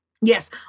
Yes